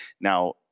Now